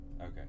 Okay